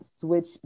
switch